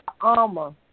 armor